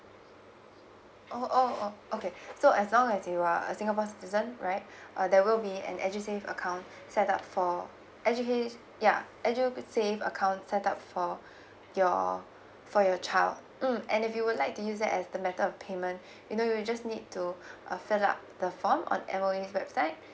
oh oh oh okay so as long as you are a singapore citizen right uh there will be an edusave account set up for edusave ya edusave account set up for your for your child mm and if you would like to use that as the method of payment you know you just need to uh fill up the form on M_O_E's website